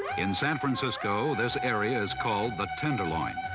in san francisco this area is called the tenderloin.